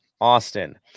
Austin